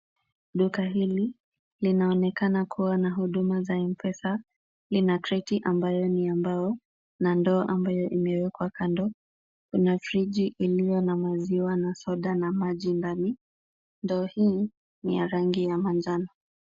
Duka hili linaonekana kuwa na huduma za M-Pesa. Lina kreti ambayo ni ya mbao na ndoo ambayo imewekwa kando. Kuna friji iliyo na maziwa na soda na maji ndani. Ndoo hii ni ya rangi ya manjano.